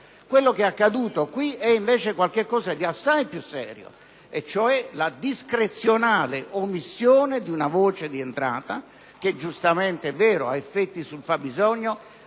Ciò che è accaduto qui è invece qualcosa di assai più serio, ossia la discrezionale omissione di una voce di entrata che, è vero, ha effetti sul fabbisogno,